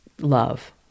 love